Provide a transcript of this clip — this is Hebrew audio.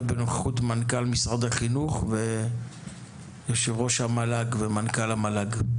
בנוכחות מנכ"ל משרד החינוך ויושב ראש המל"ג ומנכ"ל המל"ג.